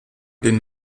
den